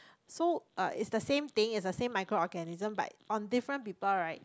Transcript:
so uh it's the same thing it's a same micro organism but on different people right